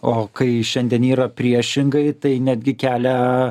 o kai šiandien yra priešingai tai netgi kelia